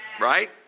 Right